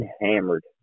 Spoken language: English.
hammered